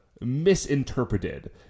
misinterpreted